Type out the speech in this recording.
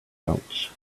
pouch